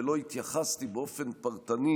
ולא התייחסתי באופן פרטני